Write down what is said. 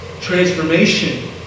transformation